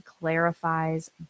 clarifies